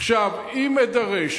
עכשיו, אם אדרש